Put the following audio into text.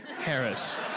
Harris